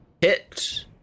hit